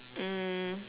um